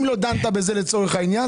אם לא דנת בזה לצורך העניין,